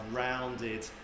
rounded